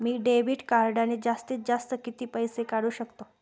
मी debit कार्डने जास्तीत जास्त किती पैसे काढू शकतो?